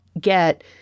get